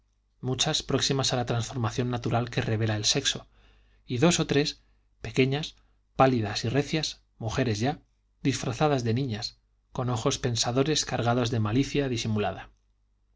muchas próximas a la transformación natural que revela el sexo y dos o tres pequeñas pálidas y recias mujeres ya disfrazadas de niñas con ojos pensadores cargados de malicia disimulada